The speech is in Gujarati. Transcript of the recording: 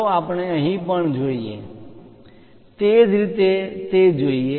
ચાલો આપણે અહીં પણ જોઈએ તે જ રીતે તે જોઈએ